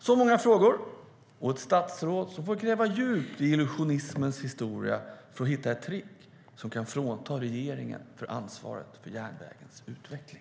Så många frågor och ett statsråd som får gräva djupt i illusionismens historia för att hitta ett trick som kan frånta regeringen ansvaret för järnvägens utveckling.